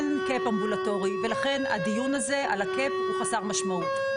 אין קאפ אמבולטורי ולכן הדיון הזה על הקאפ הוא חסר משמעות.